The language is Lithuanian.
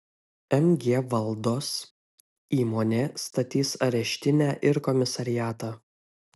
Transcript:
mg valdos įmonė statys areštinę ir komisariatą